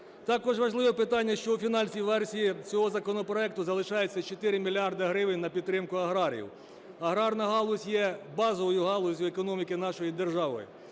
Також важливе питання, що у фінальній версії цього законопроекту залишається 4 мільярди гривень на підтримку аграріїв. Аграрна галузь є базовою галуззю економіки нашої держави,